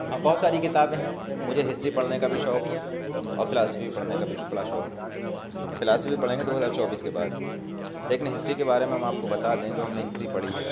بہت ساری کتابیں ہیں مجھے ہسٹری پڑھنے کا بھی شوق ہے اور فلاسفی پڑھنے کا بھی بڑا شوق ہے فلاسفی پڑھیں گے دو ہزار چوبیس کے بعد لیکن ہسٹری کے بارے میں ہم آپ کو بتا دیں جو ہم نے ہسٹری پڑھی ہے